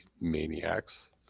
maniacs